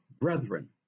brethren